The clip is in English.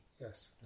yes